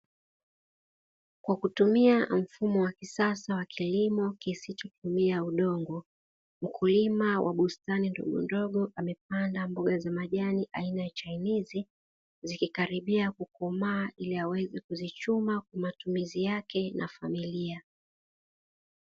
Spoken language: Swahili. Kwa kutumia mfumo wa kisasa wa kilimo kisichotumia udongo, mkulima wa bustani ndogondogo amepanda mboga za majani aina ya chainizi, zikikaribia kukomaa ili aweze kuzichuma kwa matumizi yake na familia.